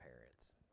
parents